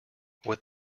what